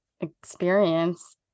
experience